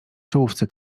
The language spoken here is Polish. czołówce